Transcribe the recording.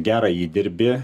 gerą įdirbį